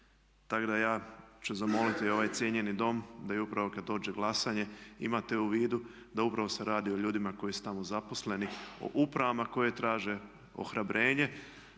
Tako da ja ću zamoliti ovaj cijenjeni dom da i upravo kad dođe glasanje imate u vidu da upravo se radi o ljudima koji su tamo zaposleni, o upravama koje traže ohrabrenje,